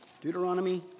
Deuteronomy